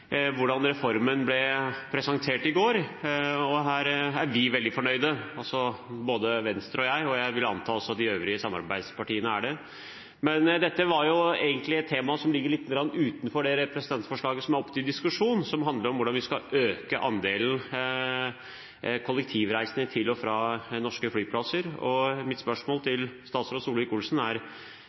hvordan reformen ble presentert i går, og her er vi – altså både Venstre og jeg – veldig fornøyd, og jeg vil anta at også de øvrige samarbeidspartiene er det. Men dette var egentlig et tema som ligger litt utenfor det representantforslaget som er oppe til diskusjon, som handler om hvordan vi skal øke andelen kollektivreisende til og fra norske flyplasser. Mitt spørsmål til statsråd Solvik Olsen er: